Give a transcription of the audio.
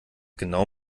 genau